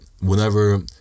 whenever